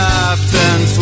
Captain